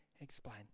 explain